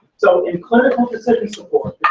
so in clinical decision support,